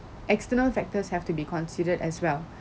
external factors have to be considered as well